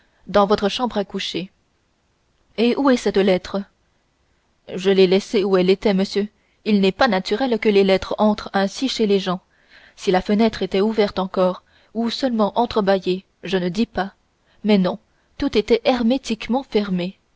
dans votre chambre à coucher et où est cette lettre je l'ai laissée où elle était monsieur il n'est pas naturel que les lettres entrent ainsi chez les gens si la fenêtre était ouverte encore ou seulement entrebâillée je ne dis pas mais non tout était hermétiquement fermé